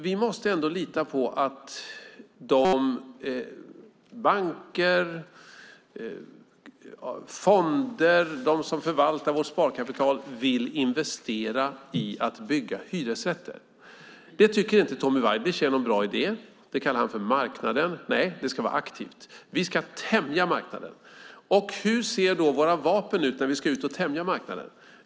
Vi måste lita på att banker och fonder och de som förvaltar vårt sparkapital vill investera i att bygga hyresrätter. Det tycker inte Tommy Waidelich är någon bra idé. Det kallar han för marknaden. Det ska vara aktivt, säger han. Vi ska tämja marknaden. Och hur ser då era vapen ut när ni ska ut och tämja marknaden?